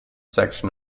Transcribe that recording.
section